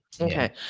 Okay